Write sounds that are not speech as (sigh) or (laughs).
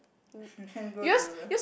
(laughs) then go to